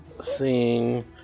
seeing